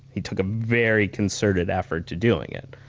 he took a very concerted effort to doing it.